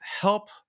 help